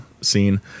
scene